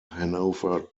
hanover